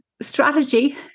strategy